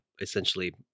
essentially